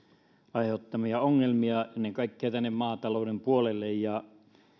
aiheuttamia ongelmia ennen kaikkea tänne maatalouden puolelle